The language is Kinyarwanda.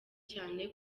cyane